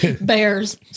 Bears